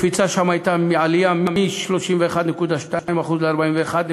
הקפיצה שם הייתה מ-31.2% ל-41.9%.